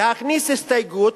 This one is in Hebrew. להכניס הסתייגות,